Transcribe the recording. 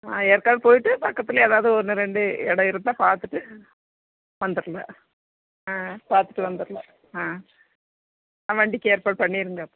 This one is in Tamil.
ஆ ஏற்காடு போயிட்டு பக்கத்தில் ஏதாவது ஒன்று ரெண்டு இடம் இருந்தால் பார்த்துட்டு வந்துடல ஆ பார்த்துட்டு வந்துடல ஆ வண்டிக்கு ஏற்பாடு பண்ணிருங்க